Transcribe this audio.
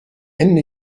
ende